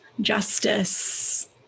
justice